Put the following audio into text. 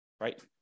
right